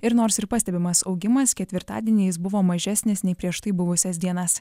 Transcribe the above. ir nors ir pastebimas augimas ketvirtadienį jis buvo mažesnis nei prieš tai buvusias dienas